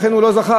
לכן הוא לא זכה,